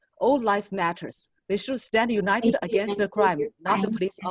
all life matters, they should stand united against the crime, not the police. ah